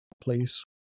please